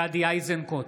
גדי איזנקוט,